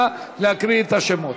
נא להקריא את השמות.